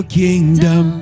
kingdom